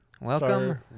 welcome